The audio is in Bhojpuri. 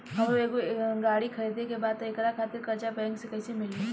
हमरा एगो गाड़ी खरीदे के बा त एकरा खातिर कर्जा बैंक से कईसे मिली?